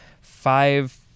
five